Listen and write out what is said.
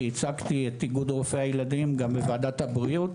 כי הצגתי את איגוד רופאי הילדים גם בוועדת הבריאות